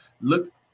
Look –